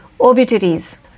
obituaries